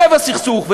לב הסכסוך,